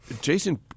Jason